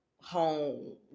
home